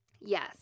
Yes